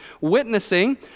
witnessing